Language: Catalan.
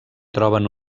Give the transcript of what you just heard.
troben